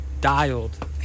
dialed